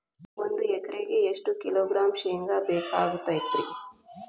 ಒಂದು ಎಕರೆಗೆ ಎಷ್ಟು ಕಿಲೋಗ್ರಾಂ ಶೇಂಗಾ ಬೇಕಾಗತೈತ್ರಿ?